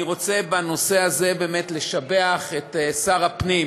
אני רוצה בנושא הזה לשבח את שר הפנים